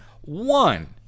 One